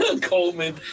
Coleman